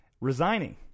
resigning